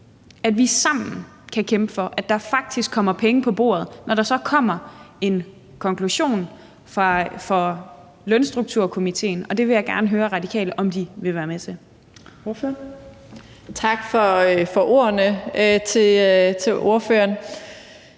at vi sammen kan kæmpe for, at der faktisk kommer penge på bordet, når der så kommer en konklusion fra lønstrukturkomitéen, og det vil jeg gerne høre Radikale om de vil være med til. Kl. 15:25 Fjerde næstformand